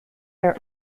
their